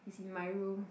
it's in my room